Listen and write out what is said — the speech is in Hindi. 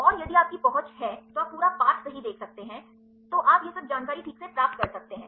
और यदि आपकी पहुँच है तो आप पूरा पाठ सही देख सकते हैं तो आप यह सब जानकारी ठीक से प्राप्त कर सकते हैं